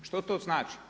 Što to znači?